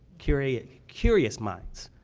curious curious minds.